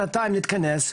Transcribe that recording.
שנתיים נתכנס,